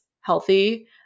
healthy